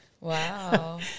Wow